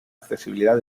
accesibilidad